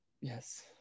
Yes